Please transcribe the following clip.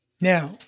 Now